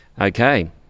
Okay